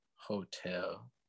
hotel